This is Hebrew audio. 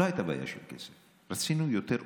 לא הייתה בעיה של כסף, רצינו יותר עובדים.